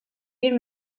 bir